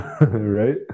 right